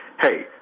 Hey